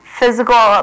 physical